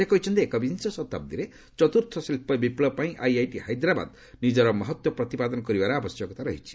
ସେ କହିଛନ୍ତି ଏକବିଂଶ ଶତାବ୍ଦୀରେ ଚତୁର୍ଥ ଶିଳ୍ପ ବିପ୍ଲବ ପାଇଁ ଆଇଆଇଟି ହାଇଦ୍ରାବାଦ ନିଜର ମହତ୍ୱ ପ୍ରତିପାଦନ କରିବାର ଆବଶ୍ୟକତା ରହିଛି